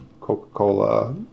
Coca-Cola